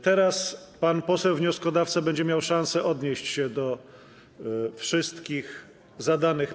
Teraz pan poseł wnioskodawca będzie miał szansę odnieść się do wszystkich zadanych pytań.